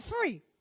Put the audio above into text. free